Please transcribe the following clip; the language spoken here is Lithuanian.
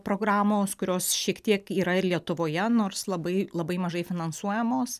programos kurios šiek tiek yra ir lietuvoje nors labai labai mažai finansuojamos